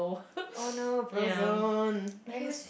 oh no Brozone that is